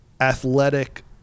athletic